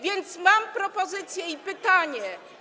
Więc mam propozycję i pytanie.